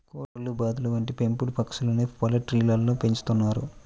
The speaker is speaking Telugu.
కోళ్లు, బాతులు వంటి పెంపుడు పక్షులను పౌల్ట్రీలలో పెంచుతున్నారు